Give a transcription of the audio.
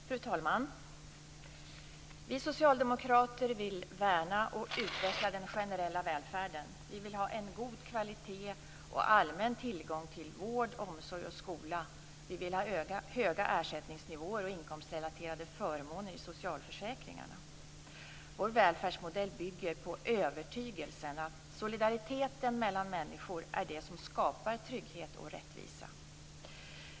Fru talman! Vi socialdemokrater vill värna och utveckla den sociala välfärden. Vi vill ha en god kvalitet och allmän tillgång till vård, omsorg och skola. Vi vill ha höga ersättningsnivåer och inkomstrelaterade förmåner i socialförsäkringarna. Vår välfärdsmodell bygger på övertygelsen att solidariteten mellan människor är det som skapar trygghet och rättvisa.